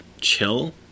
chill